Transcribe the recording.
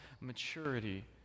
maturity